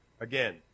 Again